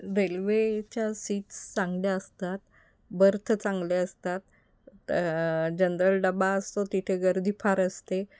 रेल्वेच्या सीट्स चांगल्या असतात बर्थ चांगले असतात जनरल डबा असतो तिथे गर्दी फार असते